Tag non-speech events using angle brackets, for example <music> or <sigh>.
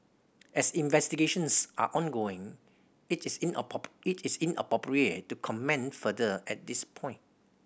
as investigations are ongoing it is <unintelligible> it is inappropriate to comment further at this point